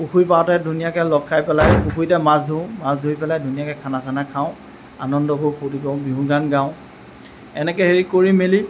পুখুৰী পাৰতে ধুনীয়াকৈ লগ খাই পেলাই পুখুৰীতে মাছ ধৰোঁ মাছ ধৰি পেলাই ধুনীয়াকৈ খানা চানা খাওঁ আনন্দ উপভোগ কৰোঁ ফূৰ্তি কৰোঁ বিহু গান গাওঁ এনেকৈ হেৰি কৰি মেলি